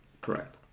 Correct